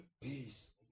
peace